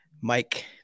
Mike